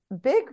Big